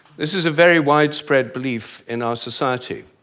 this is a very widespread belief in our society.